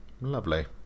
Lovely